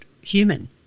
human